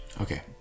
Okay